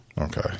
okay